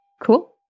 Cool